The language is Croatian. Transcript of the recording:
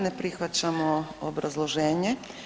Ne prihvaćamo obrazloženje.